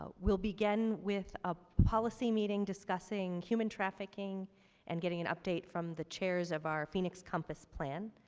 but we'll begin with a policy meeting discussing human trafficking and getting an update from the chairs of our phoenix compass plan,